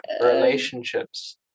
relationships